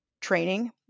training